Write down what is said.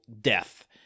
death